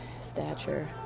stature